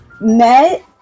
met